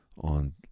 on